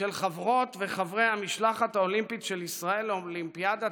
של חברות וחברי המשלחת האולימפית של ישראל לאולימפיאדת